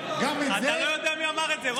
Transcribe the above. אתה יודע מי אמר את זה היום?